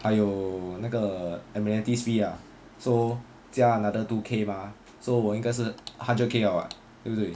还有那个 amenities fee are so 加 another two K bah so 我应该是 hundred K liao what 对不对